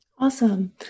awesome